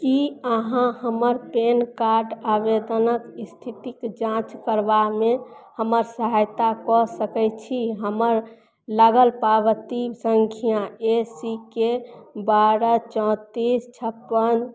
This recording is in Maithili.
कि अहाँ हमर पैन कार्ड आवेदनके इस्थितिके जाँच करबामे हमर सहायता कऽ सकै छी हमर लगल पावती सँख्या ए सी के बारह चौँतिस छप्पन